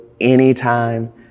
anytime